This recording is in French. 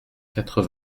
quatre